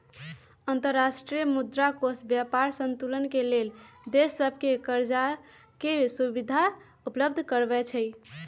अंतर्राष्ट्रीय मुद्रा कोष व्यापार संतुलन के लेल देश सभके करजाके सुभिधा उपलब्ध करबै छइ